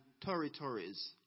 territories